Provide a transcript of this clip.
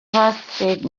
trusted